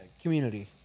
Community